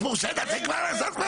אז כדאי להעלות.